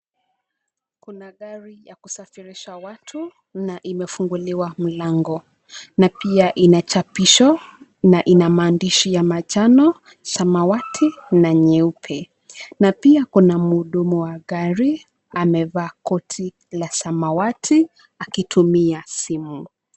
Kuna gari ya kusafirisha watu na imefunguliwa mlango, na pia inachapishwa na ina maandishi ya manjano, samawati na nyeupe. Na pia kuna mhudumu wa gari amevaa koti la samawati akitumia simu